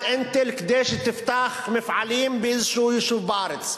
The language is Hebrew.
"אינטל" כדי שתפתח מפעלים באיזה יישוב בארץ,